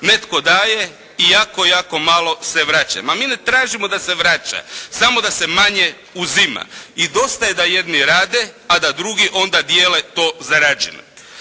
netko daje i jako jako malo se vraća. Ma mi ne tražimo da se vraća samo da se manje uzima i dosta je da jedni rade, a da drugi onda dijele to zarađeno.